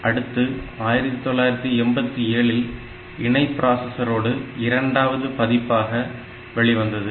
அடுத்து 1987 ல் இணைபிராசஸரோடு இரண்டாவது பதிப்பாக வெளிவந்தது